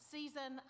season